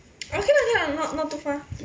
okay okay not not too far